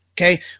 okay